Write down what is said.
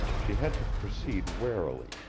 she had to proceed warily,